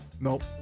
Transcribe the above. Nope